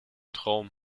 traum